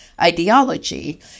Ideology